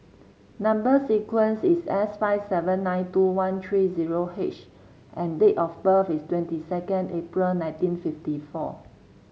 number sequence is S five seven nine two one three zero H and date of birth is twenty second April nineteen fifty four